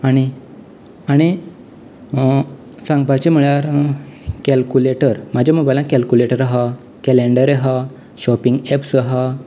आनी आनी सांगपाचे म्हळ्यार कॅलकुलेटर म्हज्या मोबायलान कॅलकुलेटर आसात कॅलेंडरय आसा शॉपिंग ऍप्स आसा